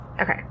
Okay